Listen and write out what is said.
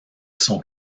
sont